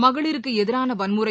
மகளிருக்கு எதிரான வன்முறை